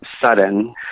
sudden